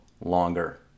longer